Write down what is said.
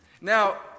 Now